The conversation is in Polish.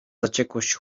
zaciekłość